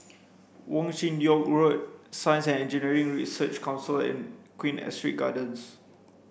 Wong Chin Yoke Road Science and Engineering Research Council and Queen Astrid Gardens